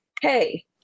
Hey